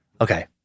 Okay